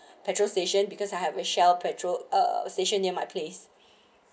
petrol station because I have a shell petrol uh station near my place